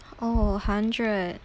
oh hundred